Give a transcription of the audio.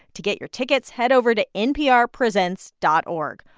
to get your tickets head over to nprpresents dot org.